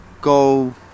go